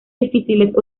difíciles